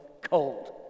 cold